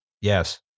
Yes